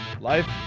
Life